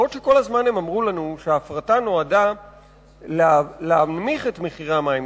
בעוד שכל הזמן הם סיפרו לנו שההפרטה נועדה להנמיך את מחירי המים,